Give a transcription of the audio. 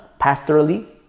pastorally